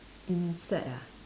insect ah